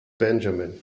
benjamin